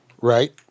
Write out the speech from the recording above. right